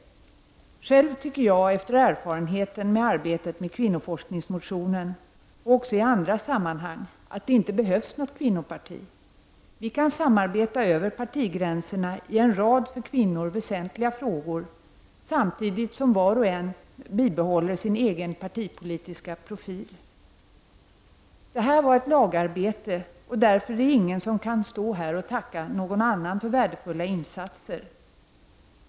Själv tycker jag, efter erfarenheten från arbetet med kvinnoforskningsmotionen och också arbete i andra sammanhang, att det inte behövs något kvinnoparti. Vi kan samarbeta över partigränserna i en rad för kvinnor väsentliga frågor samtidigt som var och en bibehåller sin egen partipolitiska profil. Detta var ett lagarbete, och därför kan ingen stå här och tacka någon annan för värdefulla insatser.